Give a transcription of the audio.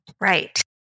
Right